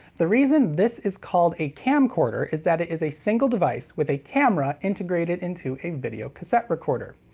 the reason this is called a camcorder is that it is a single device, with a camera integrated into a videocassette recorder.